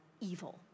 evil